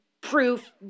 proof